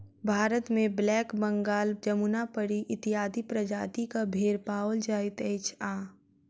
भारतमे ब्लैक बंगाल, जमुनापरी इत्यादि प्रजातिक भेंड़ पाओल जाइत अछि आ